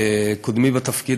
קודמי בתפקיד,